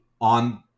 on